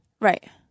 Right